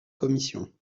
commission